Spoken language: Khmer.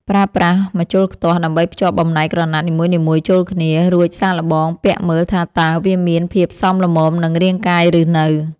ប្រើប្រាស់ម្ជុលខ្ទាស់ដើម្បីភ្ជាប់បំណែកក្រណាត់នីមួយៗចូលគ្នា រួចសាកល្បងពាក់មើលថាតើវាមានភាពសមល្មមនឹងរាងកាយឬនៅ។